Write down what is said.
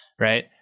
right